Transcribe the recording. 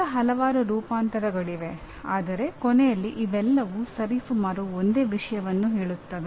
ಇದರ ಹಲವಾರು ರೂಪಾಂತರಗಳಿವೆ ಆದರೆ ಕೊನೆಯಲ್ಲಿ ಇವೆಲ್ಲವೂ ಸರಿಸುಮಾರು ಒಂದೇ ವಿಷಯವನ್ನು ಹೇಳುತ್ತವೆ